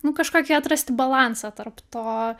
nu kažkokį atrasti balansą tarp to